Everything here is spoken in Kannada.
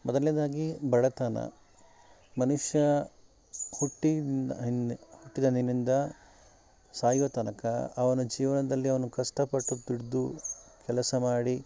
ಮೊದಲನೇದಾಗಿ ಬಡತನ ಮನುಷ್ಯ ಹುಟ್ಟಿನಿಂದ ಹಿಂದೆ ಹುಟ್ಟಿದಂದಿನಿಂದ ಸಾಯುವ ತನಕ ಅವನ ಜೀವನದಲ್ಲಿ ಅವನು ಕಷ್ಟಪಟ್ಟು ದುಡಿದು ಕೆಲಸ ಮಾಡಿ